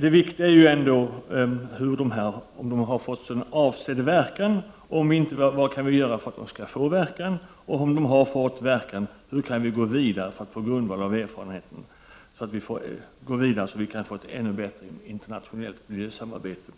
Det viktiga är ändå om konventionerna har fått avsedd verkan. Om inte, vad kan vi göra för att de skall få verkan? Om de har haft verkan, hur kan vi gå vidare för att på grundval av erfarenheterna få ett ännu bättre internationellt miljösamarbete?